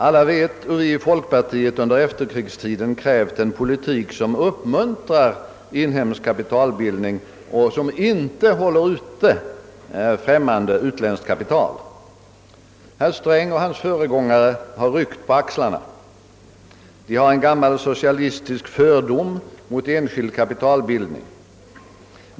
Alla vet hur vi i folkpartiet under efterkrigstiden krävt en politik som uppmuntrar inhemsk kapitalbildning och som inte utestänger utländskt kapital. Herr Sträng och hans företrädare har ryckt på axlarna. De har en gammal socialistisk fördom mot enskild kapitalbildning.